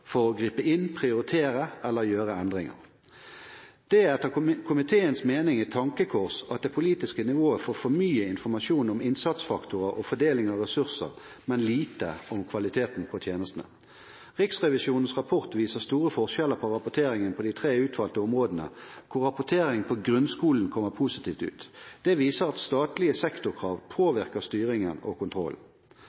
for å gripe inn, prioritere eller gjøre endringer. Det er etter komiteens mening et tankekors at det politiske nivået får for mye informasjon om innsatsfaktorer og fordeling av ressurser, men lite om kvaliteten på tjenestene. Riksrevisjonens rapport viser store forskjeller i rapporteringen på de tre utvalgte områdene, hvor rapportering på grunnskolen kommer positivt ut. Det viser at statlige sektorkrav